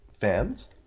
fans